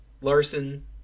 larson